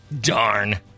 Darn